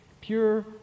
Pure